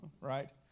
right